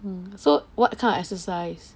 mm so what kind of exercise